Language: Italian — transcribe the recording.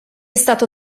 stato